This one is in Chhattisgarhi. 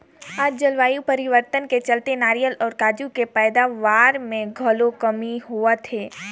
आज जलवायु परिवर्तन के चलते नारियर अउ काजू के पइदावार मे घलो कमी होवत हे